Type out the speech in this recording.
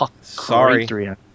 sorry